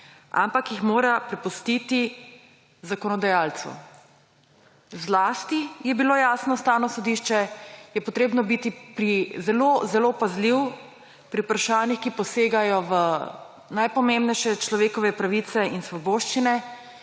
ampak jih mora prepustiti zakonodajalcu. Zlasti je bilo jasno Ustavno sodišče, je treba biti zelo zelo pazljiv pri vprašanjih, ki posegajo v najpomembnejše človekove pravice in svoboščine.